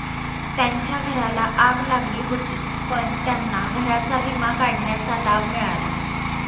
त्यांच्या घराला आग लागली होती पण त्यांना घराचा विमा काढण्याचा लाभ मिळाला